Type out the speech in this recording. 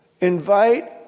invite